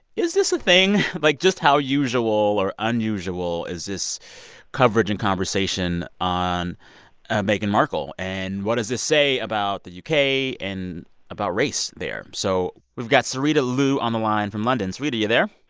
is this a thing? like, just how usual or unusual is this coverage and conversation on meghan markle? and what does this say about the u k. and about race there? so we've got sarita lou on the line from london. sarita, you there?